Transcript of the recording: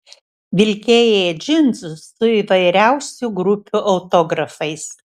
vilkėjai džinsus su įvairiausių grupių autografais